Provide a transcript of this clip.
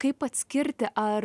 kaip atskirti ar